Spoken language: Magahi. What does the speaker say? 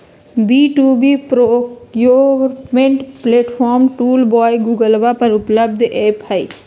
B two B procurement platform tool by गूगलवा पर उपलब्ध ऐप हई